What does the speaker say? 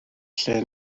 lle